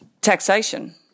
taxation